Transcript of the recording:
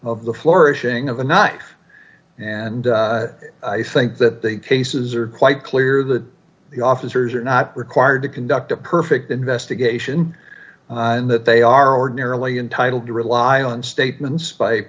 of the flourishing of the not and i think that the cases are quite clear that the officers are not required to conduct a perfect investigation and that they are ordinarily entitle to rely on statements